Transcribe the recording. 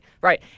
right